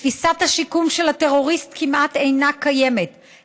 תפיסת השיקום של הטרוריסט כמעט אינה קיימת,